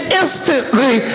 instantly